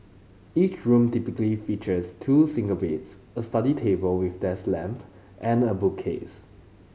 each room typically features two single beds a study table with desk lamp and a bookcase